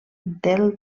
del